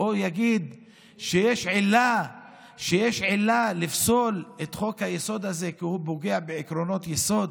או יגיד שיש עילה לפסול את חוק-היסוד הזה כי הוא פוגע בעקרונות יסוד?